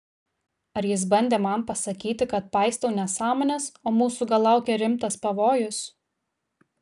ar jis bandė man pasakyti kad paistau nesąmones o mūsų gal laukia rimtas pavojus